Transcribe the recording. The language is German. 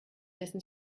dessen